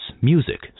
music